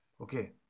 okay